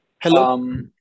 Hello